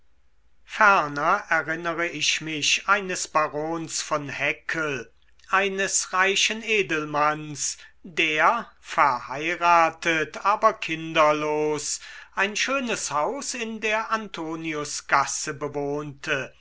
ferner erinnere ich mich eines barons von häckel eines reichen edelmanns der verheiratet aber kinderlos ein schönes haus in der antoniusgasse bewohnte